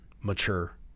mature